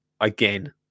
again